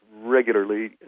regularly